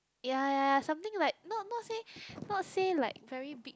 ya ya ya something like not not say not say like very big